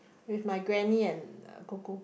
with my granny and popo